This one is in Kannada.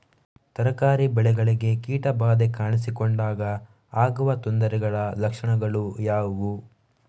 ತರಕಾರಿ ಬೆಳೆಗಳಿಗೆ ಕೀಟ ಬಾಧೆ ಕಾಣಿಸಿಕೊಂಡಾಗ ಆಗುವ ತೊಂದರೆಗಳ ಲಕ್ಷಣಗಳು ಯಾವುವು?